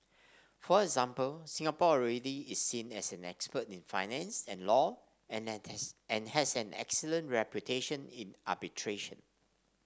for example Singapore already is seen as an expert in finance and law and and has an excellent reputation in arbitration